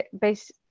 based